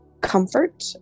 comfort